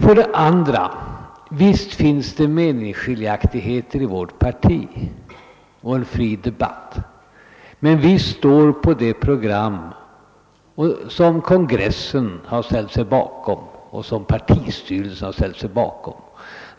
För det andra vill jag säga att det visst finns meningsskiljaktigheter och en fri debatt i vårt parti, men vi håller fast vid det program som partikongressen och partistyrelsen har antagit.